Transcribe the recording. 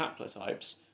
haplotypes